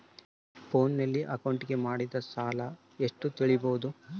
ಫೋನಿನಲ್ಲಿ ಅಕೌಂಟಿಗೆ ಮಾಡಿದ ಸಾಲ ಎಷ್ಟು ತಿಳೇಬೋದ?